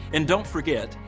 and don't forget,